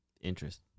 Interest